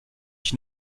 ich